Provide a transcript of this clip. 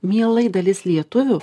mielai dalis lietuvių